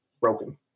broken